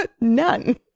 none